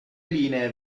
linee